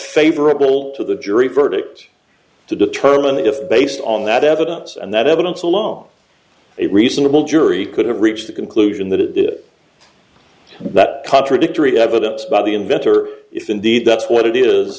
favorable to the jury verdict to determine if based on that evidence and that evidence alone a reasonable jury could have reached the conclusion that it is that contradictory evidence by the inventor if indeed that's what it is